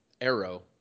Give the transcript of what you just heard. Arrow